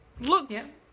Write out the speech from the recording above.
looks